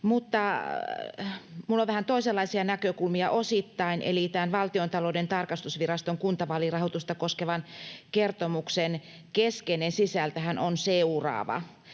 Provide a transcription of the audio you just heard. Mutta minulla on vähän toisenlaisia näkökulmia osittain, eli tämän Valtiontalouden tarkastusviraston kuntavaalirahoitusta koskevan kertomuksen keskeinen sisältöhän on seuraava: